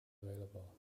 available